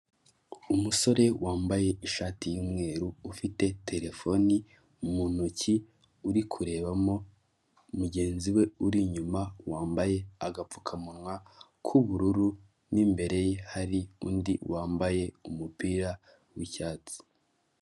Umugabo w'imisatsi migufiya w'inzobe ufite ubwanwa bwo hejuru wambaye umupira wo kwifubika urimo amabara atandukanye ubururu, umweru n'umukara wambariyemo ishati, araburanishwa.